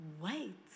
Wait